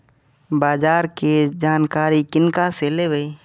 बाजार कै जानकारी किनका से लेवे?